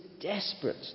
desperate